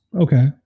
okay